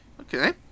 Okay